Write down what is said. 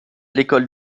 l’école